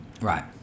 Right